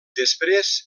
després